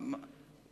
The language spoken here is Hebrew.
בניגוד למשאל.